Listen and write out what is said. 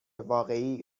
واقعی